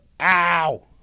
Ow